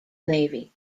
navy